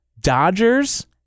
Dodgers